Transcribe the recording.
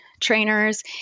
trainers